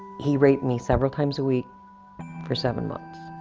he raped me several times a week for seven months.